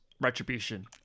Retribution